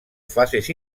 fases